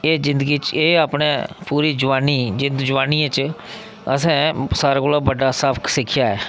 एह् जिंदगी च एह् अपने पूरी जोआनी जिंद जोआनियै च असें सारें कोला बड्डा सबक सिक्खेआ ऐ